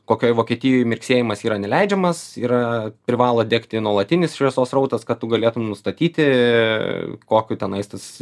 kokioj vokietijoj mirksėjimas yra neleidžiamas yra privalo degti nuolatinis šviesos srautas kad tu galėtum nustatyti kokiu tenais tas